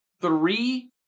three